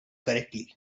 correctly